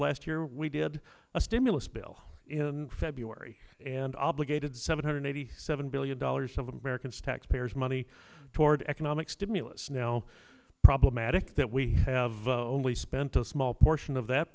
last year we did a stimulus bill in february and obligated seven hundred eighty seven billion dollars of americans taxpayers money toward economic stimulus now problematic that we have only spent a small portion of that